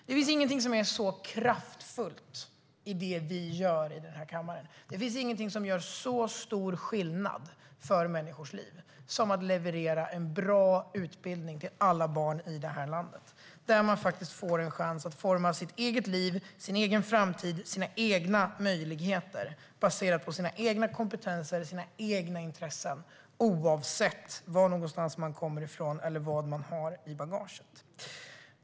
Det finns ingenting som är så kraftfullt av det vi gör i den här kammaren, ingenting som gör så stor skillnad för människors liv, som att leverera en bra utbildning till alla barn i det här landet, en utbildning där man får en chans att forma sitt eget liv, sin egen framtid och sina egna möjligheter baserat på sina egna kompetenser och sina egna intressen, oavsett varifrån man kommer och vad man har i bagaget.